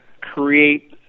create